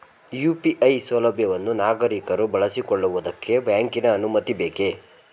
UPI ಸೌಲಭ್ಯವನ್ನು ನಾಗರಿಕರು ಬಳಸಿಕೊಳ್ಳುವುದಕ್ಕೆ ಬ್ಯಾಂಕಿನ ಅನುಮತಿ ಬೇಕೇ?